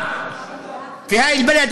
אדוני.